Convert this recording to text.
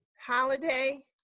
Holiday